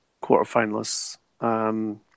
quarter-finalists